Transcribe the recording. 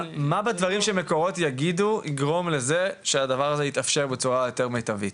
מה בדברים שמקורות יגידו יגרום לזה שהדבר הזה יתאפשר בצורה יותר מיטבית?